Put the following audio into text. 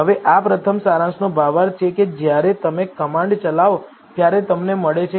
હવે આ પ્રથમ સારાંશનો ભાવાર્થ છે કે જ્યારે તમે કમાન્ડ ચલાવો ત્યારે તમને મળે છે